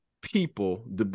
people